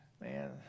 man